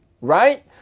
right